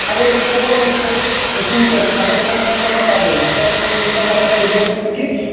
اَگر أسۍ ہورٕ وٕچھو ژوٗنٹھین اَگر سایکٔلون لگاتار روزِ سایکٔلون روزِ لگاتار دیٹ میٖنٔز کہِ